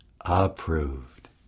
approved